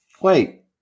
Wait